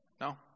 No